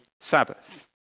Sabbath